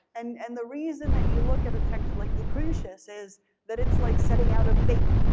and and the reason that you look at a text like lucretius is that it's like setting out a bait.